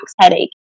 headache